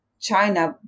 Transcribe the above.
China